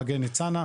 מגן ניצנה.